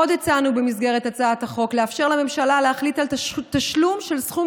עוד הצענו במסגרת הצעת החוק לאפשר לממשלה להחליט על תשלום של סכום